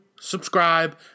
subscribe